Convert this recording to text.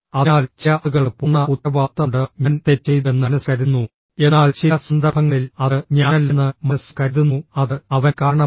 അതിനാൽ ചില ആളുകൾക്ക് പൂർണ്ണ ഉത്തരവാദിത്തമുണ്ട്ഃ ഞാൻ തെറ്റ് ചെയ്തുവെന്ന് മനസ്സ് കരുതുന്നു എന്നാൽ ചില സന്ദർഭങ്ങളിൽ അത് ഞാനല്ലെന്ന് മനസ്സ് കരുതുന്നു അത് അവൻ കാരണമാണ്